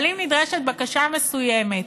אבל אם נדרשת בקשה מסוימת,